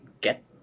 get